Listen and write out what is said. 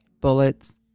Bullets